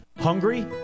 Hungry